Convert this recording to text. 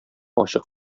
ачык